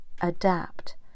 adapt